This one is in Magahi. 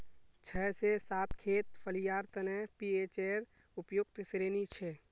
छह से सात खेत फलियार तने पीएचेर उपयुक्त श्रेणी छे